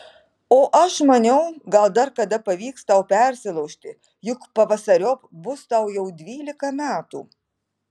o aš maniau gal dar kada pavyks tau persilaužti juk pavasariop bus tau jau dvylika metų